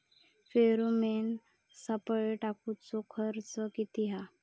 Pheromone सापळे टाकूचो खर्च किती हा?